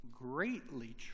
greatly